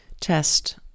test